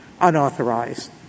unauthorized